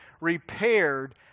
repaired